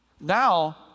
now